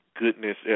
goodness